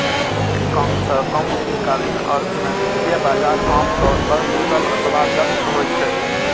कम सं कम दीर्घकालीन अर्थ मे वित्तीय बाजार आम तौर पर कुशल अथवा दक्ष होइ छै